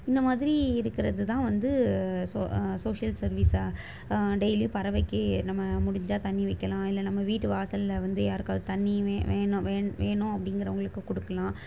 இந்த மாதிரி இருக்கிறது தான் வந்து சோ சோஷியல் சர்வீஸா டெய்லியும் பறவைக்கு நம்ம முடிஞ்சால் தண்ணி வைக்கலாம் இல்லை நம்ம வீட்டு வாசலில் வந்து யாருக்காவது தண்ணி வே வேணும் வே வேணும் அப்படிங்கறவங்களுக்கு கொடுக்கலாம்